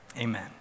Amen